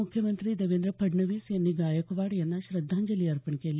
मुख्यमंत्री देवेंद्र फडणवीस यांनी गायकवाड यांना श्रद्धांजली अर्पण केली